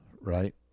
right